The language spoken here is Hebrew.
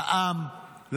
לעם,